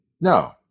No